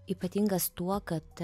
ypatingas tuo kad